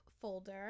folder